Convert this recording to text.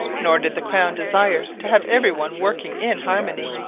nor did the crown desire to have every one working in harmony.